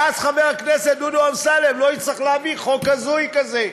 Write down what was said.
ואז חבר הכנסת דודו אמסלם לא יצטרך להביא חוק הזוי כזה.